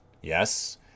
Yes